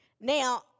Now